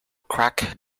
crack